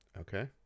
Okay